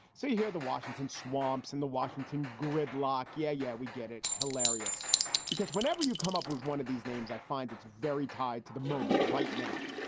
so you hear the washington swamps and the washington gridlock? yeah, yeah. we get it hilarious because whenever you come up with one of these names, i find it's very tied to the moment right now.